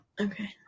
okay